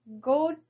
go